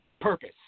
purpose